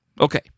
Okay